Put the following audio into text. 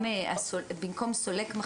במקום סולק,